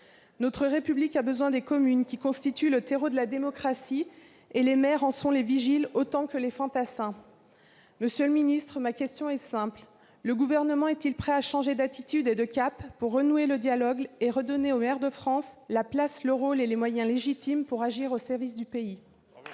Notre République a besoin des communes, qui constituent le terreau de la démocratie. Les maires en sont les vigiles autant que les fantassins. Monsieur le ministre d'État, ma question est simple : le Gouvernement est-il prêt à changer d'attitude et de cap pour renouer le dialogue avec les maires de France et leur redonner leur place, leur rôle et leurs moyens d'action légitimes au service du pays ?